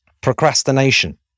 procrastination